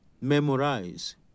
Memorize